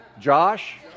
Josh